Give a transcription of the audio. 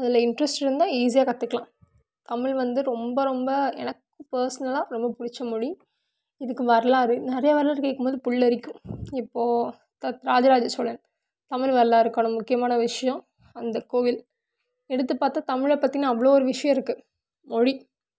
அதில் இன்டெரஸ்ட் இருந்தால் ஈஸியாக கற்றுக்கலாம் தமிழ் வந்து ரொம்ப ரொம்ப எனக்கு பர்ஸனால ரொம்ப பிடிச்ச மொழி இதுக்கு வரலாறு நிறைய வரலாறு கேட்கும் போது புல்லரிக்கும் இப்போது த ராஜராஜசோழன் தமிழ் வரலாறுக்கான முக்கியமான விஷயம் அந்த கோவில் எடுத்து பார்த்தா தமிழை பற்றின அவ்வளோ ஒரு விஷயம் இருக்குது மொழி